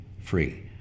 free